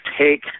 take